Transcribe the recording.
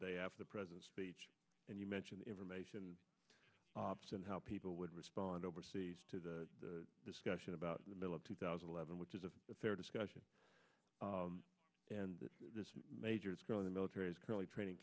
day after the president's speech and you mentioned the information and how people would respond overseas to the discussion about the middle of two thousand and eleven which is a fair discussion and the major is growing the military is currently training